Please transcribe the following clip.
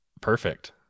Perfect